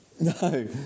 No